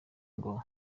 ngo